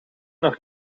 nog